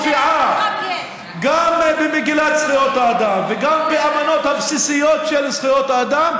שמופיעה גם במגילת זכויות האדם וגם באמנות הבסיסיות של זכויות האדם,